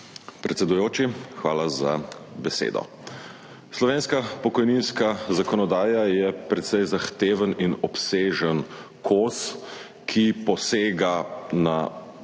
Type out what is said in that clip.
Predsedujoči, hvala za besedo. Slovenska pokojninska zakonodaja je precej zahteven in obsežen kos, ki posega na